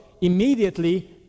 immediately